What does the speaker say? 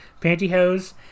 pantyhose